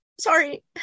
sorry